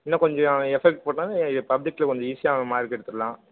இன்னும் கொஞ்சம் எஃபோர்ட் போட்டால் பப்ளிக்ல கொஞ்சம் ஈஸியாக அவன் மார்க் எடுத்துடலாம்